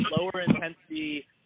lower-intensity